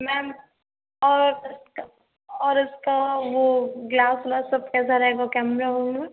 ma'am और और उसका वो ग्लास ओलास सब कैसा रहेगा कैमरा ओमरा